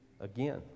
again